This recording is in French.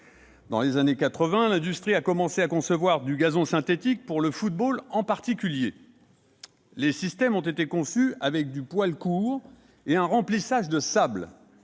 Dans les années quatre-vingt, l'industrie a commencé à concevoir du gazon synthétique, pour le football en particulier. Les systèmes ont été conçus avec du poil court et un remplissage de sable.